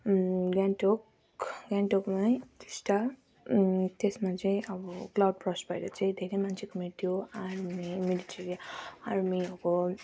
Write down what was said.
गान्तोक गान्तोकमै टिस्टा त्यसमा चाहिँ अब क्लाउड बर्स्ट भएर चाहिँ धेरै मान्छेको मृत्यु आर्मी मिलिटिरी आर्मीको